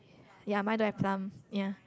ya mine don't have plums ya